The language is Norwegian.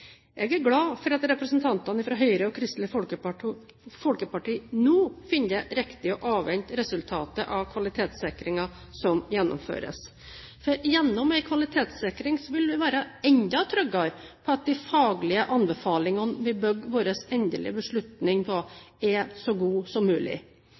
Jeg er glad for at representantene fra Høyre og Kristelig Folkeparti nå finner det riktig å avvente resultatet av kvalitetssikringen som gjennomføres. Gjennom en kvalitetssikring vil vi være enda tryggere på at de faglige anbefalingene vi bygger vår endelige beslutning på, er så gode som mulig.